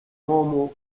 uomo